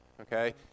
Okay